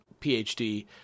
PhD